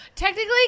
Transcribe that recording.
Technically